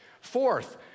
Fourth